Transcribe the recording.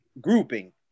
grouping